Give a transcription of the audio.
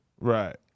right